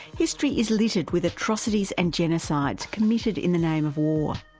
history is littered with atrocities and genocides committed in the name of war.